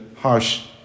harsh